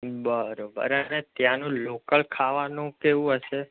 બરોબર અને ત્યાનું લોકલ ખાવાનું કેવું હશે